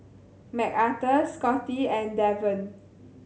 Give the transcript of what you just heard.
Macarthur Scotty and Deven